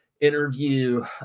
interview